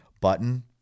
button